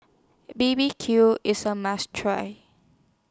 B B Q IS A must Try